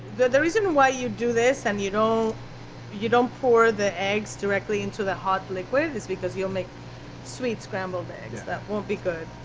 the the reason why you do this and you know you don't pour the eggs directly into the hot liquid is because you'll make sweet scrambled eggs. that won't be good